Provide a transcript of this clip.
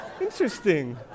interesting